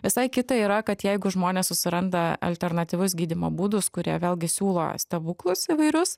visai kita yra kad jeigu žmonės susiranda alternatyvius gydymo būdus kurie vėlgi siūlo stebuklus įvairius